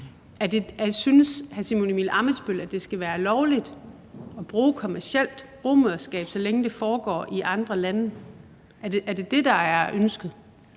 at det skal være lovligt at bruge kommercielt rugemødreskab, så længe det foregår i andre lande? Er det det, der er ønsket?